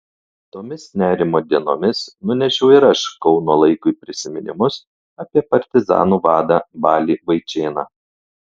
tomis nerimo dienomis nunešiau ir aš kauno laikui prisiminimus apie partizanų vadą balį vaičėną